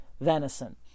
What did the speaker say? venison